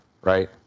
right